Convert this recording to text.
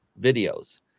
videos